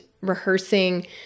rehearsing